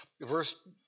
Verse